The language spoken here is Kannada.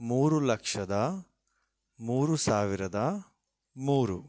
ಮೂರು ಲಕ್ಷದ ಮೂರು ಸಾವಿರದ ಮೂರು